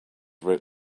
wrote